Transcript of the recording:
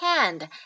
hand